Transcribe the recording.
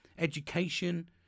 education